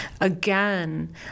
again